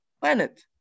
planet